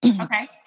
Okay